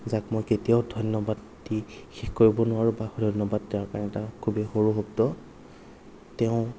যাক মই কেতিয়াও ধন্যবাদ দি শেষ কৰিব নোৱাৰোঁ বা ধন্যবাদ তেওঁৰ কাৰণে এটা খুবেই সৰু শব্দ তেওঁ